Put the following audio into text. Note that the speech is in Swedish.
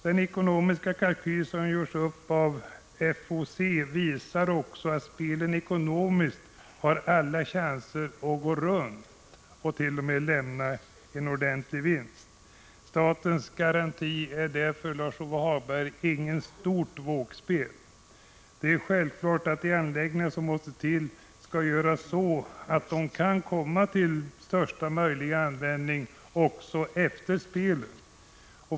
Den ekonomiska kalkyl som gjorts upp av FOC visar att spelen ekonomiskt har alla chanser att gå ihop och t.o.m. lämna en ordentlig vinst. Statens garanti är därför, Lars-Ove Hagberg, inget stort vågspel. Det är självklart att de anläggningar som måste till skall utformas så att de kan komma til största möjliga användning också efter spelen.